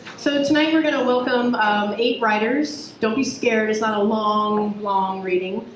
so, tonight we're going to welcome eight writers. don't be scared, it's not a long, long reading.